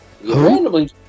Randomly